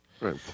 Right